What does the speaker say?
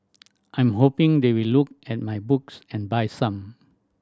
I'm hoping they will look at my books and buy some